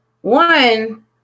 one